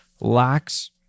lacks